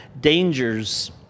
dangers